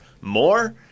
more